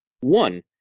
One